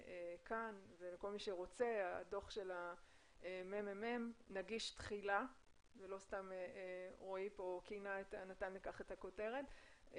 הדו"ח של הממ"מ נגיש תחילה ולא סתם רועי פה נתן לכך את הכותרת,